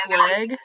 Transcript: leg